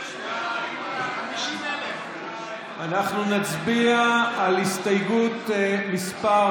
חברים, להצבעה על הסתייגות מס'